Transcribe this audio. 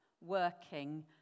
working